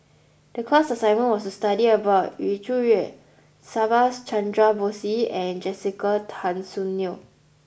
the class assignment was to study about Yu Zhuye Subhas Chandra Bose and Jessica Tan Soon Neo